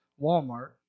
Walmart